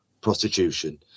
prostitution